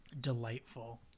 Delightful